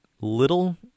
little